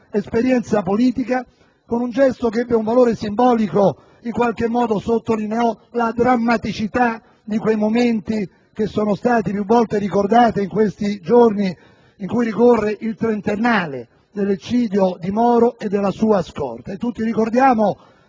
esperienza politica - con un gesto che ebbe un valore simbolico, in qualche modo sottolineò la drammaticità di quei momenti più volte ricordati in questi giorni in cui ricorre il trentennale dell'eccidio di Moro e della sua scorta. Tutti ricordiamo